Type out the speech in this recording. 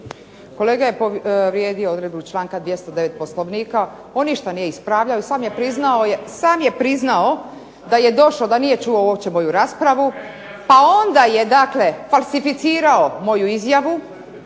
Kolega je povrijedio odredbu 209. Poslovnika. On ništa nije ispravljao sam je priznao da je došao i da nije čuo uopće moju raspravu, pa onda je falsificirao moju izjavu